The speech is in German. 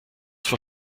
vor